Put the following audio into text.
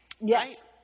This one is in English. Yes